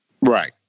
Right